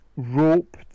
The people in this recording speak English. rope